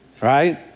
right